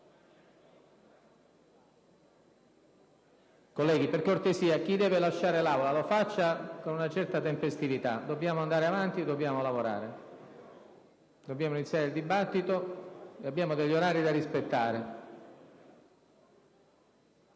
Governo. *(Brusìo).* Chi deve lasciare l'Aula, lo faccia con una certa tempestività. Dobbiamo andare avanti, dobbiamo lavorare, dobbiamo iniziare il dibattito, abbiamo degli orari da rispettare.